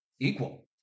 equal